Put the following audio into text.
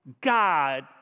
God